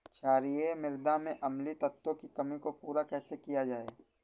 क्षारीए मृदा में अम्लीय तत्वों की कमी को पूरा कैसे किया जाए?